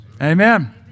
Amen